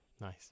Nice